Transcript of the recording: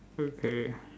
okay